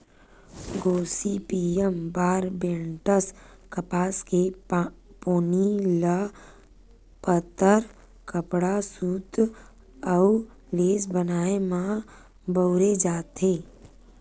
Gossypium barbadense कपसा के पोनी ल पातर कपड़ा, सूत अउ लेस बनाए म बउरे जाथे